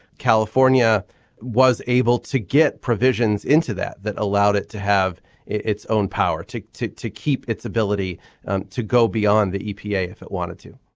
california was able to get provisions into that that allowed it to have its own power tick tick to keep its ability to go beyond the epa if it wanted to